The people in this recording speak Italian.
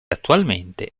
attualmente